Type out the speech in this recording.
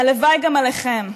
הלוואי גם עליכם.